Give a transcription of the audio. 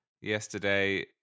yesterday